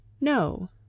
no